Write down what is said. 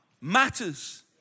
matters